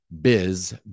Biz